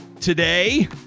today